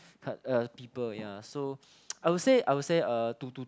uh people yeah so I would say I would say uh to to